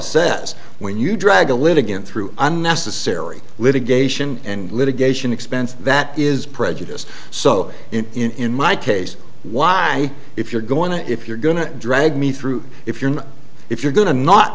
says when you drag a litigant through unnecessary litigation and litigation expense that is prejudiced so in my case why if you're going to if you're going to drag me through if you're not if you're going to not